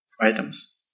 items